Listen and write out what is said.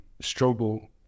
struggle